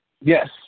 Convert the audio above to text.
Yes